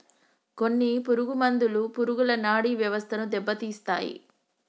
కొన్ని పురుగు మందులు పురుగుల నాడీ వ్యవస్థను దెబ్బతీస్తాయి